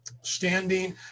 standing